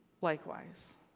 likewise